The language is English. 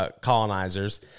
Colonizers